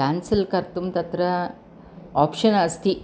cancel कर्तुं तत्र option अस्ति